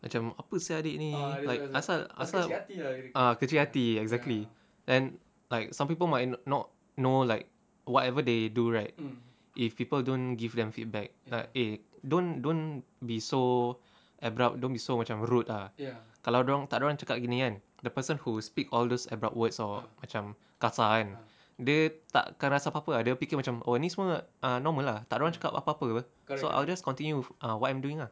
macam apa sia dia ni like asal asal ah kecil hati exactly and like some people might not know like whatever they do right if people don't give them feedback like eh don't don't be so abrupt don't be so macam rude ah kalau dorang tak ada orang cakap gini kan the person who speak all those abrupt words or macam kasar kan dia tak akan rasa apa-apa dia fikir macam oh ni semua ah normal lah takde orang cakap apa-apa [pe] so I'll just continue with what I'm doing ah